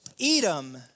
Edom